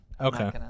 Okay